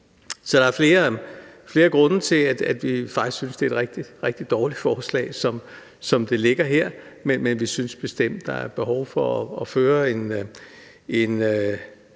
Så der er flere grunde til, at vi faktisk synes, det er et rigtig, rigtig dårligt forslag, som det ligger her, men vi synes bestemt, der er behov for at føre en